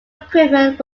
equipment